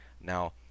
Now